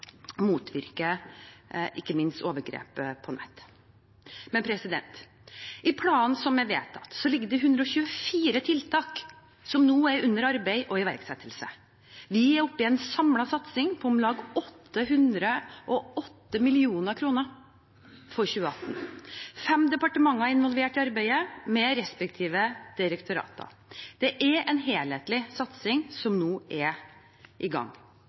ikke minst overgrep på nett. I planen som er vedtatt, ligger det 124 tiltak som nå er under arbeid og iverksettelse. Vi er oppe i en samlet satsing på om lag 808 mill. kr for 2018. Fem departementer er involvert i arbeidet, med respektive direktorater. Det er en helhetlig satsing som nå er i gang.